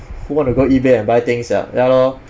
who want to go ebay and buy things sia ya lor